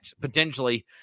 potentially